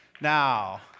Now